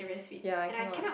ya I cannot